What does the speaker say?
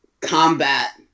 combat